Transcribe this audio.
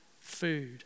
food